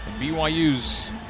BYU's